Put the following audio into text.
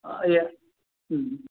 அய ம் ம்